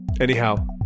Anyhow